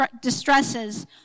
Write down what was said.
distresses